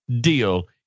deal